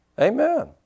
Amen